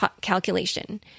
calculation